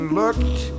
looked